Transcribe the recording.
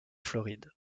floride